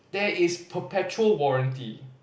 there is perpetual warranty